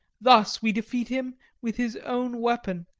thus we defeat him with his own weapon,